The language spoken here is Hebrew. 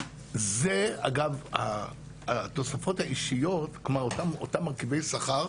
אגב, התוספות האישיות, כלומר אותם מרכיבי שכר,